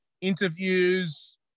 interviews